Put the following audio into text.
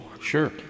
sure